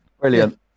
Brilliant